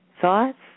thoughts